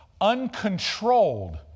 uncontrolled